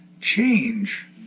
change